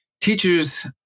teachers